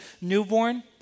newborn